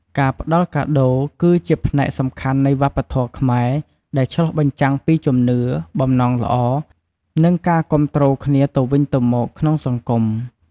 ការផ្តល់កាដូរ គឺជាផ្នែកសំខាន់នៃវប្បធម៌ខ្មែរ ដែលឆ្លុះបញ្ចាំងពីជំនឿ បំណងល្អ និងការគាំទ្រគ្នាទៅវិញទៅមកក្នុងសង្គម។